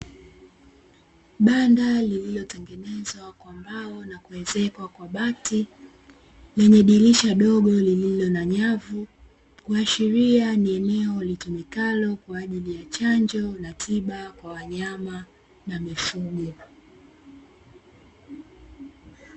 Banda lililotengenezwa kwa mbao na kuezekwa kwa bati, lenye dirisha dogo lililo na nyavu, kuashiria ni eneo litumikalo kwa ajili ya chanjo na tiba kwa wanyama na mifugo.